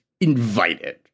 invited